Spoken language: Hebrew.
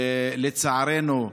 לצערנו,